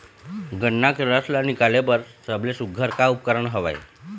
गन्ना के रस ला निकाले बर सबले सुघ्घर का उपकरण हवए?